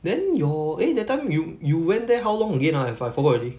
then your eh that time you you went there how long again ah I~ I forgot already